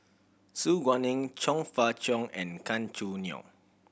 Su Guaning Chong Fah Cheong and Gan Choo Neo